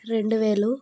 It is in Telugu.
రెండు వేలు